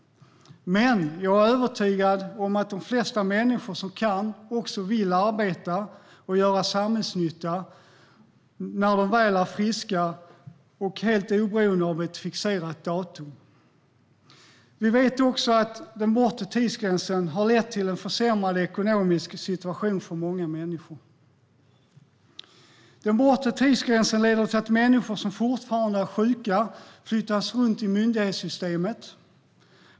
Men jag är övertygad om att de flesta människor som kan också vill arbeta och göra samhällsnytta när de väl är friska helt oberoende av ett fixerat datum. Vi vet också att den bortre tidsgränsen har lett till en försämrad ekonomisk situation för många människor. Den bortre tidsgränsen leder till att människor som fortfarande är sjuka flyttas runt i myndighetssystemet.